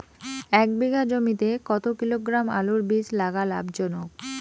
এক বিঘা জমিতে কতো কিলোগ্রাম আলুর বীজ লাগা লাভজনক?